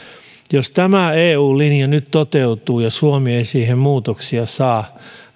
jos tämä eun linja nyt toteutuu ja suomi ei siihen muutoksia saa